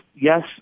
yes